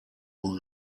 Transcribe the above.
were